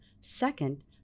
Second